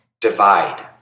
divide